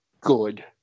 good